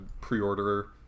pre-orderer